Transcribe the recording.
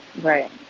Right